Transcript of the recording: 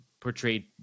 portrayed